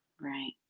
Right